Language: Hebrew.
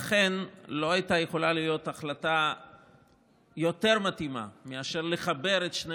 לכן לא הייתה יכולה להיות החלטה יותר מתאימה מאשר לחבר את שני